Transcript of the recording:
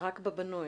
זאת אומרת,